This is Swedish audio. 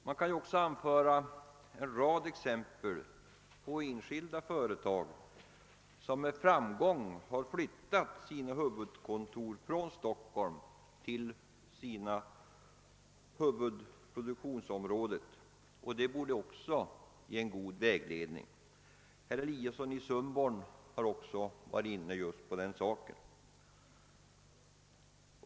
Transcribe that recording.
Man kan också anföra en rad exempel på enskilda företag som med framgång har flyttat sina huvudkontor från Stockholm till sina huvudproduktionsområden, vilket också borde ge en vägledning. Även herr Eliasson i Sundborn har varit inne på denna fråga.